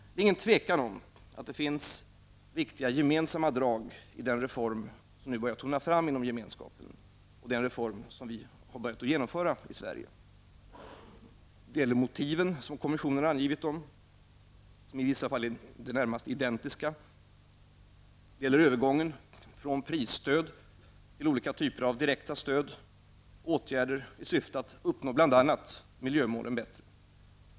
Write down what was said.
Det råder ingen tvekan om att det finns viktiga gemensamma drag i den reform som nu börjar tona fram inom Gemenskapen och i den reform som vi har börjat genomföra i Sverige. Det gäller motiven, vilka -- såsom kommissionen har angivit dem -- i vissa fall är närmast identiska. Det gäller övergången från prisstöd till olika typer av direkta stöd och åtgärder i syfte att uppnå bl.a. miljömålen bättre.